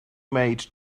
maid